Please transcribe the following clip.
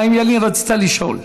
חיים ילין, רצית לשאול.